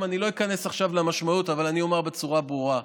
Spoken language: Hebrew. אני לא איכנס עכשיו למשמעות אבל אני אומר בצורה ברורה: